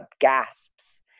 gasps